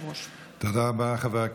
תודה רבה, אדוני היושב-ראש.